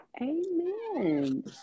Amen